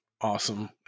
awesome